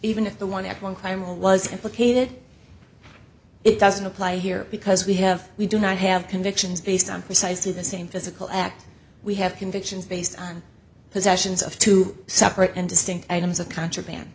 even if the one that one crime was implicated it doesn't apply here because we have we do not have convictions based on precisely the same physical act we have convictions based on possessions of two separate and distinct items of contraband